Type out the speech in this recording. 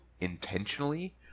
intentionally